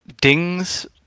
Dings